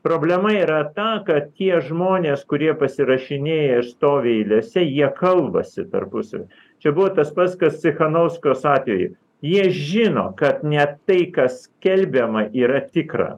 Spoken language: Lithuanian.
problema yra ta kad tie žmonės kurie pasirašinėja ir stovi eilėse jie kalbasi tarpusavy čia buvo tas pats kas cichanouskojos atveju jie žino kad ne tai kas skelbiama yra tikra